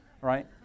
right